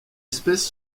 espèce